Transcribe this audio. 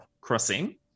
crossing